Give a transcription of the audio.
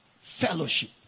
fellowship